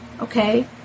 okay